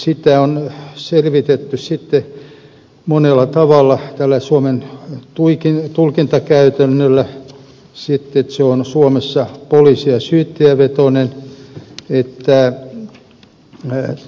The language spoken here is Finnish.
sitä on selvitetty sitten monella tavalla tällä suomen tulkintakäytännöllä sitten sillä että se on suomessa poliisi ja syyttäjävetoinen